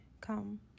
Come